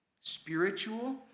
spiritual